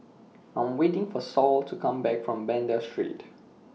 I Am waiting For Saul to Come Back from Banda Street